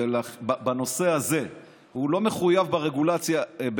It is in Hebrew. ובנושא הזה הוא לא מחויב ברגולציה,